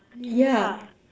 yeah